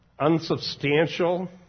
unsubstantial